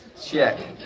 check